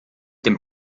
dem